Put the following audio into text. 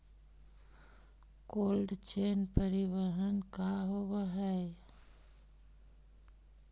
Cold chain परिवहन का होव हइ?